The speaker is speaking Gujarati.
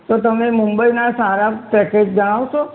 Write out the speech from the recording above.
તો તમે મુંબઈના સારા પેકેજ જણાવશો